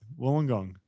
Wollongong